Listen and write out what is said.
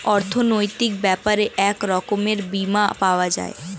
অর্থনৈতিক ব্যাপারে এক রকমের বীমা পাওয়া যায়